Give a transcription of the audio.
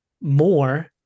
more